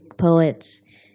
poets